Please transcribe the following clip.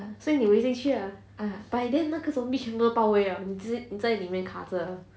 then 你会进去 ah by then 那个 zombie 全部都保卫 liao 你在里面卡着